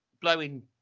blowing